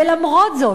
ולמרות זאת,